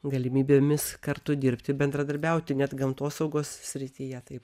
galimybėmis kartu dirbti bendradarbiauti net gamtosaugos srityje taip